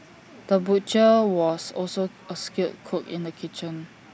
the butcher was also A skilled cook in the kitchen